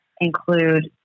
include